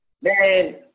Man